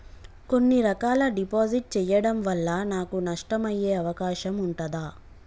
కొన్ని రకాల డిపాజిట్ చెయ్యడం వల్ల నాకు నష్టం అయ్యే అవకాశం ఉంటదా?